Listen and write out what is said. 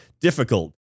difficult